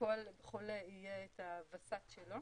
לכל חולה יהיה את הוסת שלו